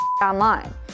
online